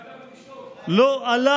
שעשה מסירות נפש כדי